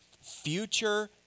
future